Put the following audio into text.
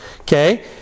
okay